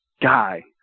guy